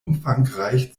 umfangreich